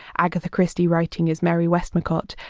agatha christie writing as mary westmacott.